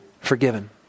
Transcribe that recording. forgiven